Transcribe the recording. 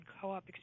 co-op